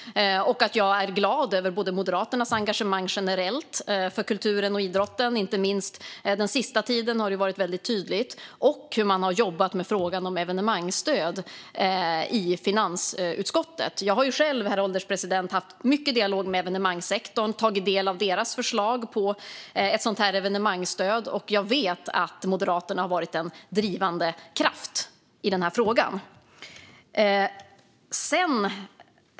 Jag är glad över Moderaternas engagemang generellt för kulturen och idrotten, som inte minst varit väldigt tydligt den senaste tiden, och hur man har jobbat med frågan om evenemangsstöd i finansutskottet. Jag har själv, herr ålderspresident, haft mycket dialog med evenemangssektorn och tagit del av deras förslag till ett evenemangsstöd. Och jag vet att Moderaterna har varit en drivande kraft i frågan.